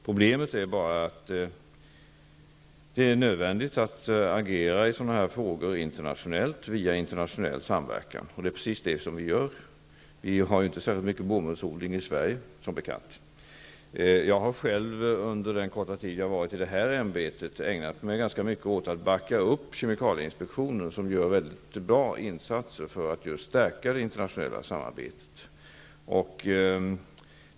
Problemet är att det är nödvändigt att agera internationellt i sådana frågor och via internationell samverkan. Det är precis det vi gör. I Sverige finns det, som bekant, inte särskilt mycket bomullsodling. Under den korta tid jag har befunnit mig i detta ämbete har jag ägnat mig åt att backa upp kemikalieinspektionen. Man gör där mycket bra insatser för att stärka det internationella samarbetet.